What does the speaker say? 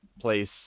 place